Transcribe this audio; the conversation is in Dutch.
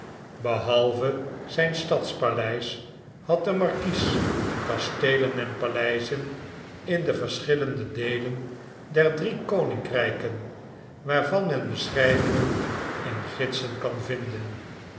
behalve zijn stadspaleis had de markies kasteelen en paleizen in de verschillende deelen der drie koninkrijken waarvan men beschrijvingen in gidsen kan vinden